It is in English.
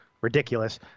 ridiculous